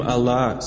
Allah